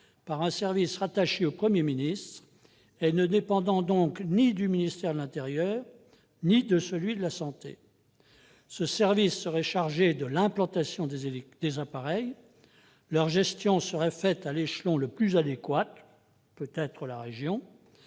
par un service rattaché au Premier ministre, un service ne dépendant donc ni du ministère de l'intérieur ni de celui de la santé. Très bien ! Ce service serait chargé de l'implantation des appareils. La gestion de ceux-ci serait faite à l'échelon le plus adéquat, peut-être la région.